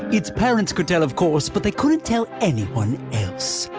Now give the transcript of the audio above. its parents could tell, of course, but they couldn't tell anyone else.